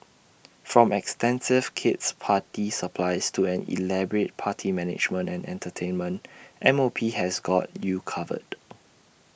from extensive kid's party supplies to an elaborate party management and entertainment M O P has got you covered